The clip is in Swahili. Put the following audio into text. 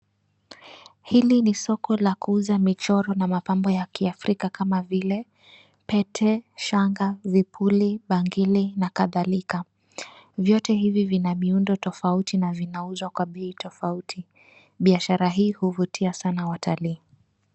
Hili ni soko la kuuza michoro na mapambo ya kiafrika kama vile pete, shanga, vipuli, bangili, na kadhalika. Vyote hivi vina miundo tofauti na vinauzwa kwa bei tofauti. Biashara hii huvutia sana watalii.